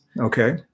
Okay